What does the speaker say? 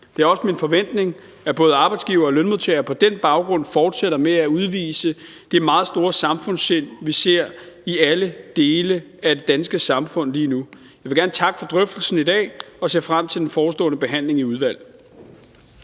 Det er også min forventning, at både arbejdsgivere og lønmodtagere på den baggrund fortsætter med at udvise det meget store samfundssind, vi ser i alle dele af det danske samfund lige nu. Jeg vil gerne takke for drøftelsen i dag og ser frem til den forestående behandling i udvalget.